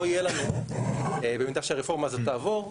יהיה לנו במידה שהרפורמה הזאת תעבור,